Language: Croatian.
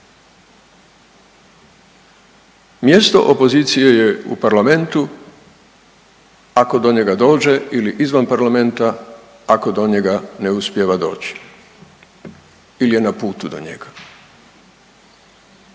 mjesto opozicije je u Parlamentu ako do njega dođe ili izvan Parlamenta ako do njega ne uspijeva doći ili je na putu do njega,